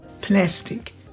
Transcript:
plastic